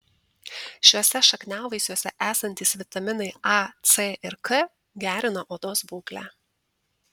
šiuose šakniavaisiuose esantys vitaminai a c ir k gerina odos būklę